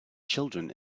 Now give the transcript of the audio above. children